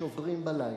שוברים בלילה.